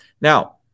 now